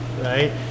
right